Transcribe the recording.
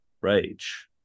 Rage